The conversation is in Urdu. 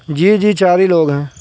جی جی چار ہی لوگ ہیں